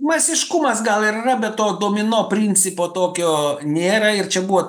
masiškumas gal ir yra be to domino principo tokio nėra ir čia buvo